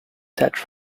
that